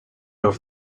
over